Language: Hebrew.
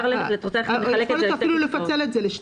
יכול להיות שאפילו לפצל את זה לשניים: